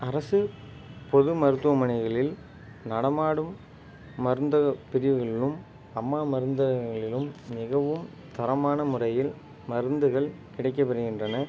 அரசு பொது மருத்துவமனைகளில் நடமாடும் மருந்தக பிரிவுகளிலும் அம்மா மருந்தகங்களிலும் மிகவும் தரமான முறையில் மருந்துகள் கிடைக்கப்பெறுகின்றன